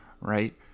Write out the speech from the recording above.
right